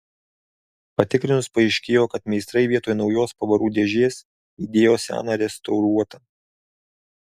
patikrinus paaiškėjo kad meistrai vietoj naujos pavarų dėžės įdėjo seną restauruotą